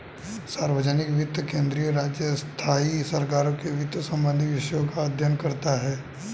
सार्वजनिक वित्त केंद्रीय, राज्य, स्थाई सरकारों के वित्त संबंधी विषयों का अध्ययन करता हैं